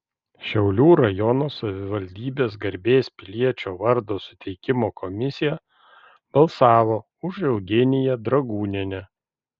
šiaulių rajono savivaldybės garbės piliečio vardo suteikimo komisija balsavo už eugeniją dragūnienę